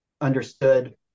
understood